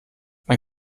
man